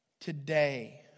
today